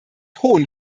hohen